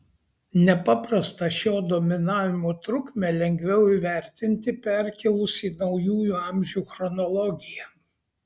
nepaprastą šio dominavimo trukmę lengviau įvertinti perkėlus į naujųjų amžių chronologiją